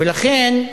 ולכן,